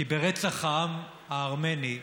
כי ברצח העם הארמני,